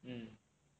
mm